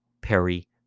perry